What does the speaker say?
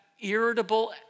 irritable